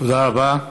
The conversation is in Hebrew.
תודה רבה.